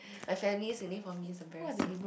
my family sitting for me it's a very safe